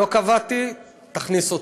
לא קבעתי, תכניס אותי.